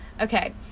Okay